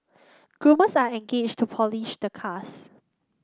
groomers are engaged to polish the cars